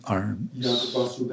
arms